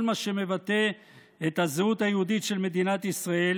מה שמבטא את הזהות היהודית של מדינת ישראל,